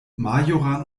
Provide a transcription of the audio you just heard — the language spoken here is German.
majoran